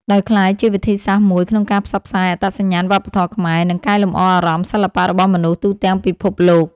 ដោយក្លាយជាវិធីសាស្រ្តមួយក្នុងការផ្សព្វផ្សាយអត្តសញ្ញាណវប្បធម៌ខ្មែរ និងកែលម្អអារម្មណ៍សិល្បៈរបស់មនុស្សទូទាំងពិភពលោក។